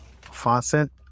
faucet